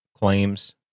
claims